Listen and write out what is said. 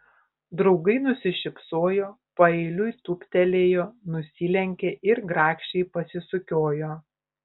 draugai nusišypsojo paeiliui tūptelėjo nusilenkė ir grakščiai pasisukiojo